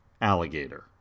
Alligator